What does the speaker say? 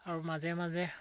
আৰু মাজে মাজে